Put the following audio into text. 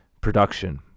production